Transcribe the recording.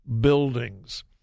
buildings